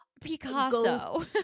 Picasso